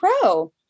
pro